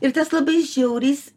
ir tas labai žiauriais